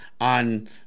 on